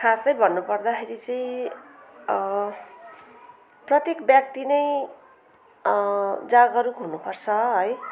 खासै भन्नुपर्दाखेरि चाहिँ प्रत्येक व्यक्ति नै जागरुक हुनुपर्छ है